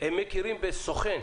מכירים בסוכן.